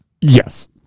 Yes